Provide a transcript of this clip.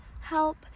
help